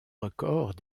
records